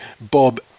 Bob